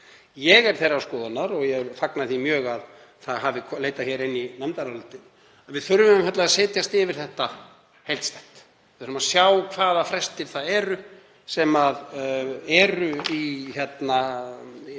Ég er þeirrar skoðunar, og ég fagna því mjög að það hafi leitað inn í nefndarálitið, að við þurfum einfaldlega að setjast yfir þetta heildstætt, við þurfum að sjá hvaða frestir það eru sem eru í gildi í